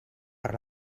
per